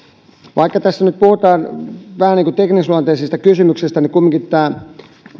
vaikka tässä nyt puhutaan vähän niin kuin teknisluontoisista kysymyksistä niin kumminkin myös tämä